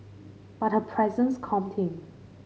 but her presence calmed him